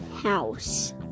House